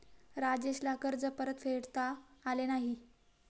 राजेशला कर्ज परतफेडता आले नाही